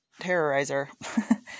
terrorizer